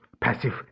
passive